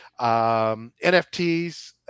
nfts